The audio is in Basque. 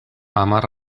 hamar